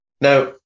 Now